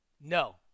No